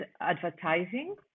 advertising